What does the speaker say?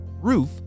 roof